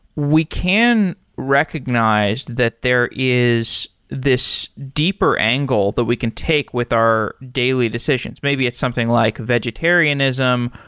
we can recognize that there is this deeper angle that we can take with our daily decisions. maybe it's something like vegetarianism,